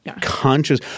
conscious